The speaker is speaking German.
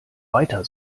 weiter